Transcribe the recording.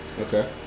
Okay